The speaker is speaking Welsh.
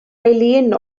eileen